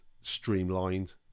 streamlined